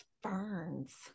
ferns